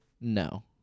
No